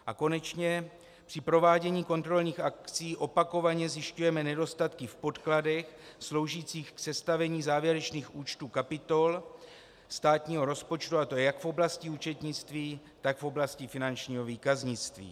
A konečně, při provádění kontrolních akcí opakovaně zjišťujeme nedostatky v podkladech sloužících k sestavení závěrečných účtů kapitol státního rozpočtu, a to jak v oblasti účetnictví, tak v oblasti finančního výkaznictví.